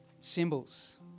symbols